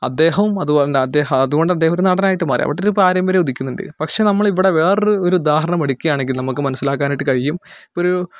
അദ്ദേഹവും അതുപോലെ തന്നെ അദ്ദേഹം അതുകൊണ്ട് അദ്ദേഹം ഒരു നടനായിട്ട് മാറി അവിടെ ഒരു പാരമ്പര്യം ഉദിക്കുന്നുണ്ട് പക്ഷേ നമ്മളിവിടെ വേറൊരു ഒരു ഉദാഹരണം എടുക്കുകയാണെങ്കിൽ നമുക്ക് മനസ്സിലാക്കാനായിട്ട് കഴിയും ഇപ്പോൾ ഒരു